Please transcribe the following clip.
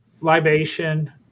libation